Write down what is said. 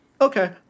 okay